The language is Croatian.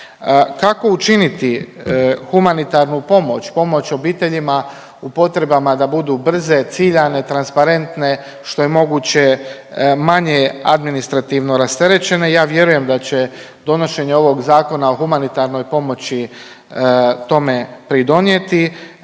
Kako učiniti humanitarnu pomoć, pomoć obiteljima u potrebama da budu brze, ciljane, transparentne što je moguće manje administrativno rasterećenje i ja vjerujem da će donošenje ovog Zakona o humanitarnoj pomoći tome pridonijeti.